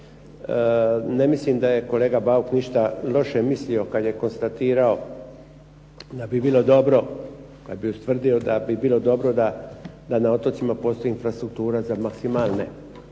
Ne mislim da je kolega Bauk ništa mislio kad je konstatirao da bi bilo dobro kad bi ustvrdio da bi bilo dobro da na otocima postoji infrastruktura za maksimalne